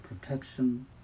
protection